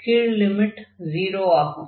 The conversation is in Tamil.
கீழ் லிமிட் 0 ஆகும்